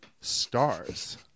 Stars